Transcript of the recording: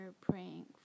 praying